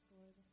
Lord